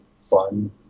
fun